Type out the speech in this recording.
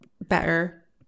better